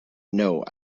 know